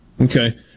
Okay